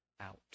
out